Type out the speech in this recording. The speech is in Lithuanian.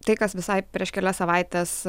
tai kas visai prieš kelias savaites